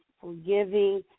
forgiving